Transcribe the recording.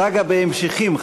סאגה בהמשכים,